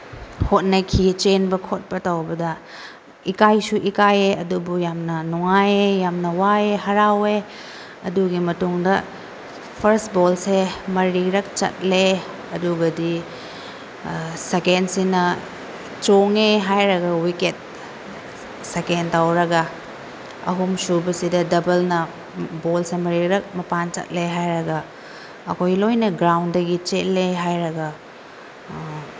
ꯍꯣꯠꯅꯈꯤ ꯆꯦꯟꯕ ꯈꯣꯠꯄ ꯇꯧꯕꯗ ꯏꯀꯥꯏꯁꯨ ꯏꯀꯥꯏꯌꯦ ꯑꯗꯨꯕꯨ ꯌꯥꯝꯅ ꯅꯨꯡꯉꯥꯏꯌꯦ ꯌꯥꯝꯅ ꯋꯥꯏꯌꯦ ꯍꯔꯥꯎꯋꯦ ꯑꯗꯨꯒꯤ ꯃꯇꯨꯡꯗ ꯐꯔꯁ ꯕꯣꯜꯁꯦ ꯃꯔꯤꯔꯛ ꯆꯠꯂꯦ ꯑꯗꯨꯒꯗꯤ ꯁꯦꯀꯦꯟꯁꯤꯅ ꯆꯣꯡꯉꯦ ꯍꯥꯏꯔꯒ ꯋꯤꯀꯦꯠ ꯁꯦꯀꯦꯟ ꯇꯧꯔꯒ ꯑꯍꯨꯝꯁꯨꯕꯁꯤꯗ ꯗꯕꯜꯅ ꯕꯣꯜꯁꯦ ꯃꯔꯤꯔꯛ ꯃꯄꯥꯟ ꯆꯠꯂꯦ ꯍꯥꯏꯔꯒ ꯑꯩꯈꯣꯏ ꯂꯣꯏꯅ ꯒ꯭꯭ꯔꯥꯎꯟꯗꯒꯤ ꯆꯠꯂꯦ ꯍꯥꯏꯔꯒ